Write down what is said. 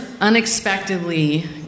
unexpectedly